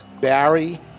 Barry